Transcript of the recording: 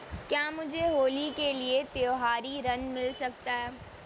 क्या मुझे होली के लिए त्यौहारी ऋण मिल सकता है?